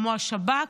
כמו השב"כ,